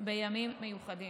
בימים מיוחדים.